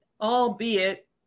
albeit